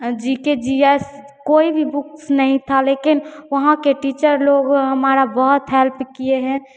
जी K G S कोई भी books नहीं थी लेकिन वहाँ के टीचर लोग हमारा बहुत हेल्प किए हैं